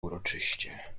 uroczyście